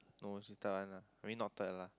no she tell one lah I mean not tell ah